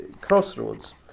crossroads